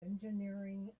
engineering